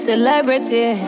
Celebrity